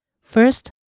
First